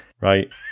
Right